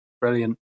brilliant